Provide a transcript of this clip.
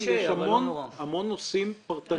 יש המון נושאים פרטניים.